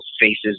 faces